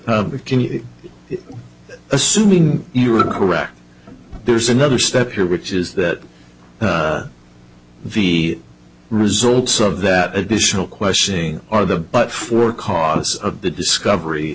you assuming you are correct there's another step here which is that the results of that additional questioning are the but for cause of the discovery